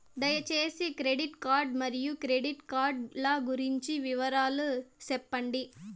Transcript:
దయసేసి credit card మరియు credit card లు గురించి వివరాలు సెప్పండి?